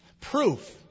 Proof